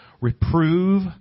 Reprove